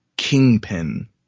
kingpin